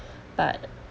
but